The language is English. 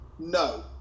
No